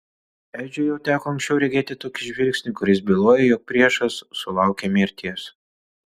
edžiui jau teko anksčiau regėti tokį žvilgsnį kuris bylojo jog priešas sulaukė mirties